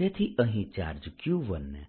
તેથી અહીં charge Q1 ને